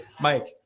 Mike